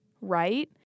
right